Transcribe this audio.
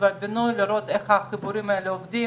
או לפחות נכדים,